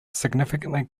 significantly